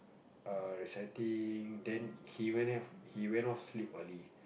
err reciting then he went if he went off sleep early